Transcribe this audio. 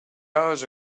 hours